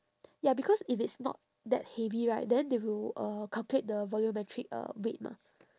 ya because if it's not that heavy right then they will uh calculate the volumetric uh weight mah